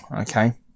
Okay